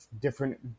different